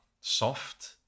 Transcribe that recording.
Soft